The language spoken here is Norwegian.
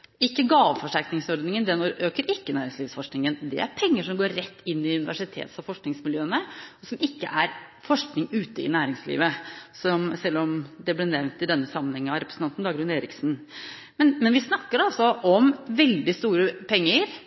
opp. Gaveforsterkningsordningen øker ikke næringslivsforskningen – det er penger som går rett inn i universitets- og forskningsmiljøene, som ikke er forskning ute i næringslivet, selv om det ble nevnt i denne sammenheng av representanten Dagrun Eriksen. Men vi snakker om veldig store penger –